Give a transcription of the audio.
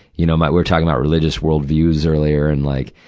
you know, my, we're talking about religious world views earlier. and, like,